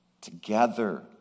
together